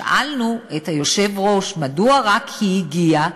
שאלנו את היושב-ראש: מדוע רק היא הגיעה?